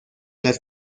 las